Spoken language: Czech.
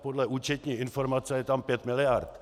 Podle účetní informace je tam pět miliard.